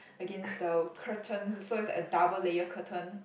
against the curtains so it's like a double layer curtain